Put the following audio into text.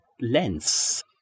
lens